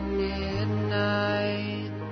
midnight